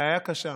בעיה קשה.